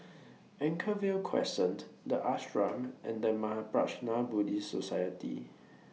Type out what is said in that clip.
Anchorvale Crescent The Ashram and The Mahaprajna Buddhist Society